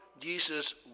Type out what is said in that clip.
Jesus